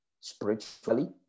spiritually